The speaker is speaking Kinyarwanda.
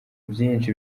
byinshi